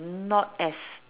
not as